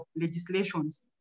legislations